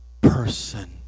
person